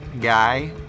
guy